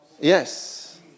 yes